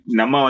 Nama